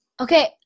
Okay